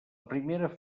primera